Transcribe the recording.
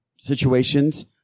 situations